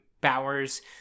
Bowers